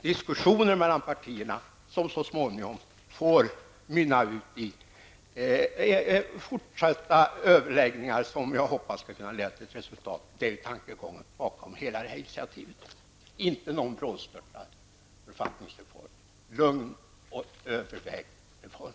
Diskussioner mellan partierna som så småningom får mynna ut i fortsatta överläggningar, som jag hoppas skall kunna leda till resultat, det är tankegången bakom hela det här initiativet. Det skall inte vara någon brådstörtad författningsändring utan en lugn och övervägd reform.